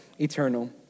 eternal